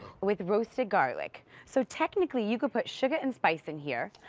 with roasted garlic. so technically, you could put sugar and spice in here.